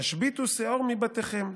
"תשביתו שאֹר מבתיכם".